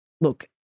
look